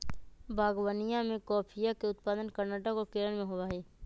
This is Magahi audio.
बागवनीया में कॉफीया के उत्पादन कर्नाटक और केरल में होबा हई